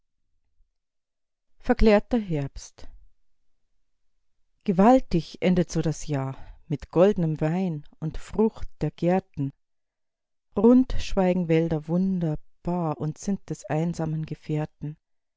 verklärter herbst gewaltig endet so das jahr mit goldnem wein und frucht der gärten rund schweigen wälder wunderbar und sind des einsamen gefährten